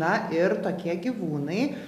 na ir tokie gyvūnai